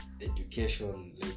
education